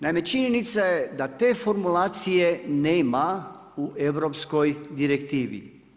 Naime, činjenica je da te formulacije nema u europskoj direktivi.